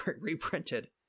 reprinted